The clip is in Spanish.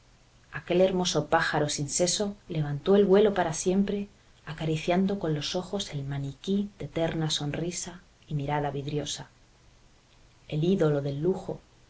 aquel hermoso pájaro sin seso levantó el vuelo para siempre acariciando con los ojos el maniquí de eterna sonrisa y mirada vidriosa el ídolo del lujo